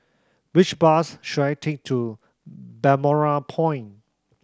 which bus should I take to Balmoral Point